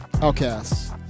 Outcasts